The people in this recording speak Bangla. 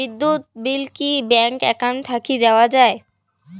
বিদ্যুৎ বিল কি ব্যাংক একাউন্ট থাকি দেওয়া য়ায়?